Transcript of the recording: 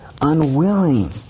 unwilling